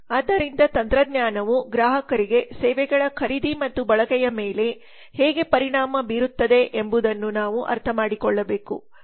ಆದ್ದರಿಂದ ತಂತ್ರಜ್ಞಾನವು ಗ್ರಾಹಕರಿಗೆ ಸೇವೆಗಳ ಖರೀದಿ ಮತ್ತು ಬಳಕೆಯ ಮೇಲೆ ಹೇಗೆ ಪರಿಣಾಮ ಬೀರುತ್ತದೆ ಎಂಬುದನ್ನು ನಾವು ಅರ್ಥಮಾಡಿಕೊಳ್ಳಬೇಕು